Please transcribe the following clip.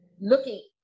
looking